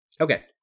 Okay